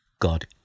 God